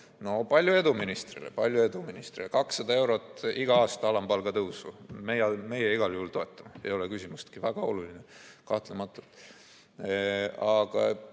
No palju edu ministrile! Palju edu ministrile! 200 eurot iga aasta alampalga tõusu. Meie igal juhul toetame, ei ole küsimustki. See on väga oluline, kahtlematult. Aga